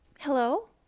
Hello